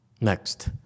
Next